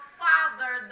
father